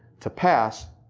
to pass,